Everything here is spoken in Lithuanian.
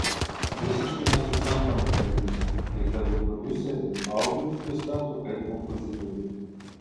visiškai nesuprantamas dalykas kai tv prodiuseriai autorius pristato kaip kompozitorius